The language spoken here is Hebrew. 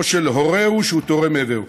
או של הורהו שהוא תורם איבר,